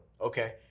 Okay